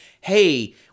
Hey